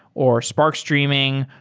or spark streaming,